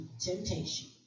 temptation